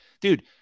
dude